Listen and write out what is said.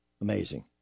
Amazing